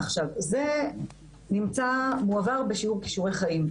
זה מועבר בשיעור כישורי חיים.